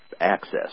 Access